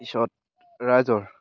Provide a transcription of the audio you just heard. পিছত ৰাইজৰ